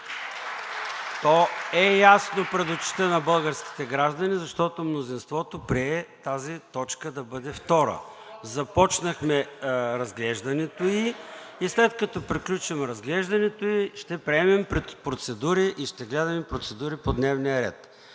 То е ясно пред очите на българските граждани, защото мнозинството прие тази точка да бъде втора. (Реплики.) Започнахме разглеждането ѝ и след като приключим разглеждането ѝ, ще приемем процедури и ще гледаме процедури по дневния ред.